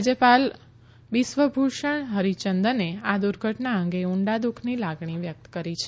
રાજયપાલ બિસ્વભુષણ ફરીચંદને આ દુર્ધટના અંગે ઉંડા દુઃખની લાગણી વ્યકત કરી છે